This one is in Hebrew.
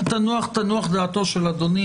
תנוח דעתו של אדוני.